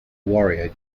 warrior